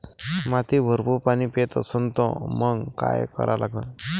माती भरपूर पाणी पेत असन तर मंग काय करा लागन?